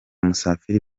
musafiri